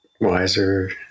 wiser